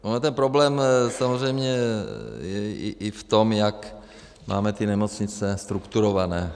Ten problém je samozřejmě i v tom, jak máme ty nemocnice strukturované.